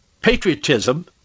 patriotism